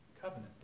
covenant